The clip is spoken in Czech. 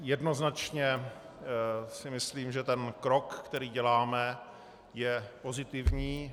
Jednoznačně si myslím, že ten krok, který děláme, je pozitivní.